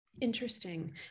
Interesting